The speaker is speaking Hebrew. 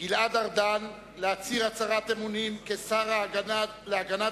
גלעד ארדן להצהיר הצהרת אמונים כשר להגנת